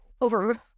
over